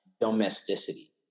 domesticity